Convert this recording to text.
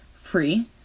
free